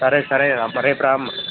సరే సరే ఆ రేపు రామ్మా